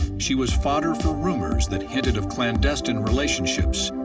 she was fodder for rumors that hinted of clandestine relationships,